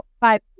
five